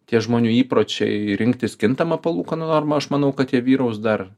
tie žmonių įpročiai rinktis kintamą palūkanų normą aš manau kad jie vyraus dar